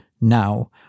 now